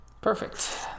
Perfect